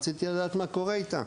רציתי לדעת מה קורה איתה.